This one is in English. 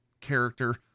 character